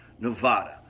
Nevada